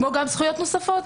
כמו גם זכויות נוספות,